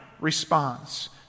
response